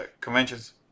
conventions